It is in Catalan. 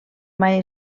mai